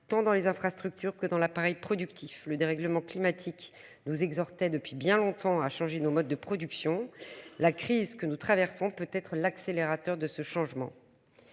pendant les infrastructures que dans l'appareil productif. Le dérèglement climatique, nous exhortait depuis bien longtemps à changer nos modes de production. La crise que nous traversons peut être l'accélérateur de ce changement.